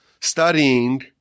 studying